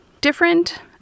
different